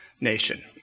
nation